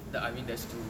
ya I mean that's true